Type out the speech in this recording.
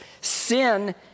Sin